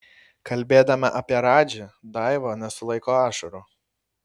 kalbėdama apie radži daiva nesulaiko ašarų